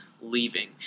leaving